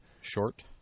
short